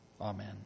amen